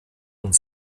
und